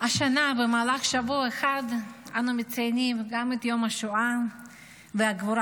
השנה במהלך שבוע אחד אנו מציינים גם את יום השואה והגבורה